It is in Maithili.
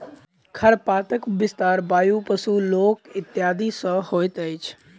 खरपातक विस्तार वायु, पशु, लोक इत्यादि सॅ होइत अछि